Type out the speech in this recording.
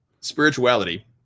spirituality